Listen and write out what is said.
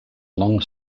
long